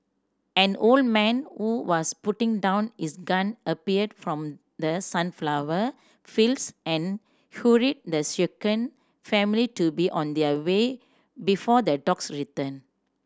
an old man who was putting down his gun appeared from the sunflower fields and the shaken family to be on their way before the dogs return